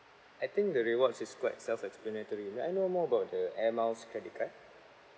I think the rewards is quite self explanatory may I know more about the air miles credit card